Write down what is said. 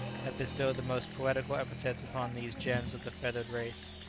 have bestowed the most poetical epithets upon these gems of the feathered race.